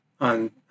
on